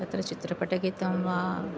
तत्र चित्रपटगीतं वा